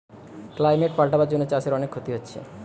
climate পাল্টাবার জন্যে চাষের অনেক ক্ষতি হচ্ছে